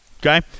okay